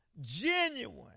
genuine